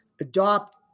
adopt